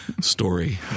story